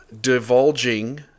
divulging